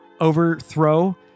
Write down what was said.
overthrow